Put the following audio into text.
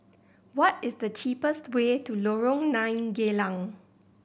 what is the cheapest way to Lorong Nine Geylang